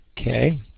Okay